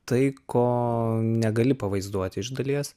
tai ko negali pavaizduoti iš dalies